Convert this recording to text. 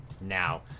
now